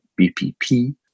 BPP